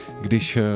když